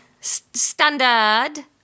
Standard